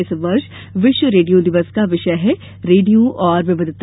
इस वर्ष विश्व रेडियो दिवस का विषय है रेडियो और विविधता